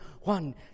One